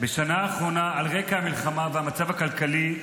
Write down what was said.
בשנה האחרונה, על רקע המלחמה והמצב הכלכלי,